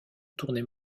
tournée